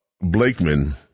Blakeman